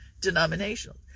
denominational